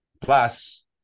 Plus